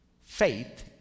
faith